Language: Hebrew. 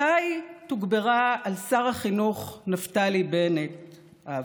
מתי תוגברה על שר החינוך נפתלי בנט האבטחה,